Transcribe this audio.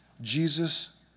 Jesus